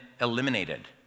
eliminated